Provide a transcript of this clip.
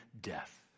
death